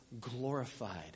glorified